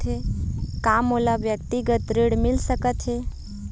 का मोला व्यक्तिगत ऋण मिल सकत हे?